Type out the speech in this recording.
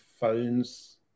phones